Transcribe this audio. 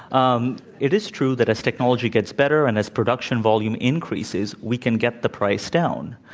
um it is true that as technology gets better, and as production volume increases, we can get the price down,